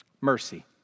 mercy